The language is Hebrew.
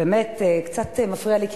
באמת קצת מפריע לי,